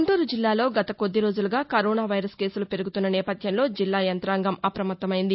గుంటూరు జిల్లాలో గత కొద్ది రోజులుగా కరోనా వైరస్ కేసులు పెరుగుతున్న నేపథ్యంలో జిల్లా యంతాంగం అప్రమత్తమైంది